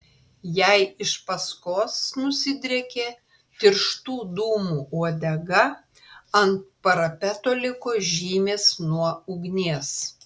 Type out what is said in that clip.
jai iš paskos nusidriekė tirštų dūmų uodega ant parapeto liko žymės nuo ugnies